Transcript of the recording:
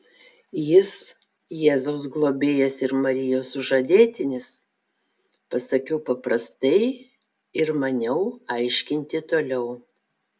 jis jėzaus globėjas ir marijos sužadėtinis pasakiau paprastai ir maniau aiškinti toliau